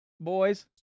Boys